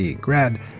grad